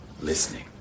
listening